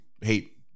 hate